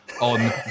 on